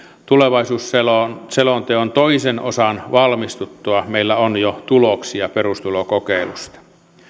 tulevaisuusselonteon toisen osan valmistuttua meillä on jo tuloksia perustulokokeilusta